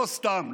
לא סתם,